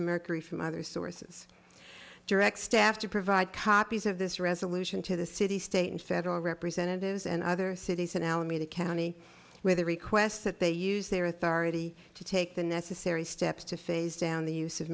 mercury from other sources direct staff to provide copies of this resolution to the city state and federal representatives and other cities in alameda county with a request that they use their authority to take the necessary steps to phase down the use of